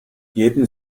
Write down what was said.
jeden